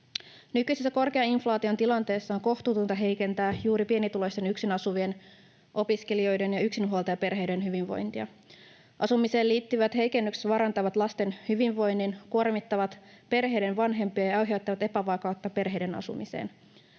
Nykyisessä korkean inflaation tilanteessa on kohtuutonta heikentää juuri pienituloisten yksin asuvien, opiskelijoiden ja yksinhuoltajaperheiden hyvinvointia. Asumiseen liittyvät heikennykset vaarantavat lasten hyvinvoinnin, kuormittavat perheiden vanhempia ja aiheuttavat epävakautta perheiden asumiseen.